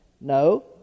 No